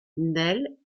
neil